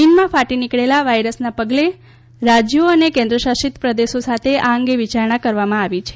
ચીનમાં ફાટી નીકળેલા વાવરના પગલે રાજથો અને કેન્દ્રશાસિત પ્રદેશો સાથે આ અંગે વિચારણા કરવામાં આવી હતી